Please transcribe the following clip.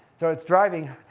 so it's driving,